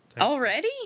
Already